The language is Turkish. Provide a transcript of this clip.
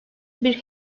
bir